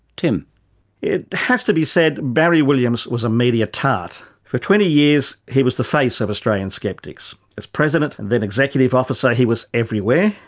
it has to be said, barry williams was a media tart. for twenty years, he was the face of australian skeptics. as president and then executive officer he was everywhere,